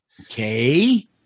Okay